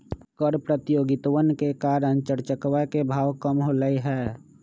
कर प्रतियोगितवन के कारण चर चकवा के भाव कम होलय है